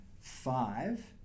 five